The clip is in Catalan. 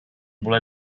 voler